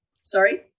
Sorry